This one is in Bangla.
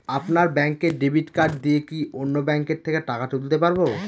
আপনার ব্যাংকের ডেবিট কার্ড দিয়ে কি অন্য ব্যাংকের থেকে টাকা তুলতে পারবো?